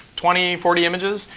twenty, forty images,